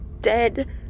dead